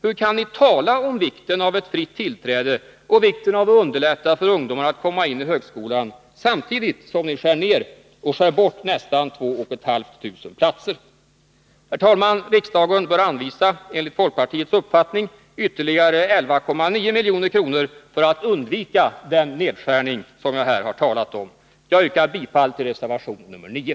Hur kan ni tala om vikten av ett fritt tillträde och vikten av att underlätta för ungdomar att komma in i högskolan, samtidigt som ni vill skära bort nästan två och ett halvt tusen platser? Herr talman! Riksdagen bör enligt folkpartiets uppfattning anvisa ytterligare 11,9 milj.kr. för att undvika den nedskärning jag här talat om. Jag yrkar bifall till reservation 9.